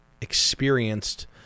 experienced